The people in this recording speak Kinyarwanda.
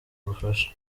ubufasha